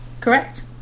correct